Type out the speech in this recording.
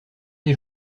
des